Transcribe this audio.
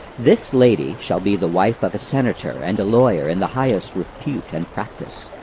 this lady shall be the wife of a senator and a lawyer in the highest repute and practice.